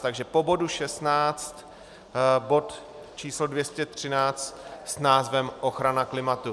Takže po bodu 16 bod č. 213 s názvem ochrana klimatu.